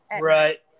Right